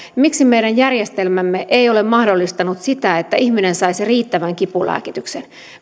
meidän järjestelmämme ei ole mahdollistanut sitä että ihminen saisi riittävän kipulääkityksen